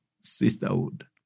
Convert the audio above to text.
sisterhood